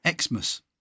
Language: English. Xmas